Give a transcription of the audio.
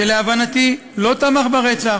שלהבנתי לא תמך ברצח,